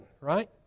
right